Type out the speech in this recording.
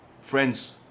friends